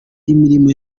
imirimo